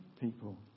people